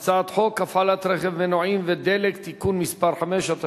בקריאה ראשונה על הצעת חוק הפעלת רכב (מנועים ודלק) (תיקון מס' 5),